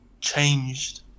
changed